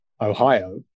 ohio